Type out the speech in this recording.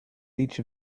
each